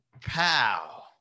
pow